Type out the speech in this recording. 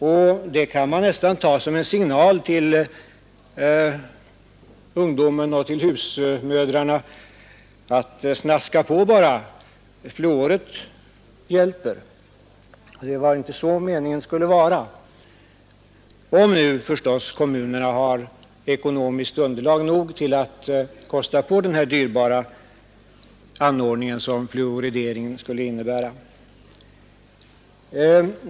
Och det kan man nästan ta som en signal till ungdomen och till husmödrarna: ”Snaska på bara! — Fluoret hjälper! ” Det var inte så meningen med fluoridering skulle vara — om nu kommunerna har ekonomiskt underlag för att kosta på den dyrbara anordning som fluorideringen skulle innebära.